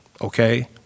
okay